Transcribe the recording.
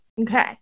Okay